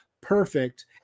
perfect